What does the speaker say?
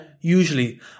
Usually